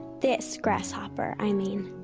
this grasshopper, i mean.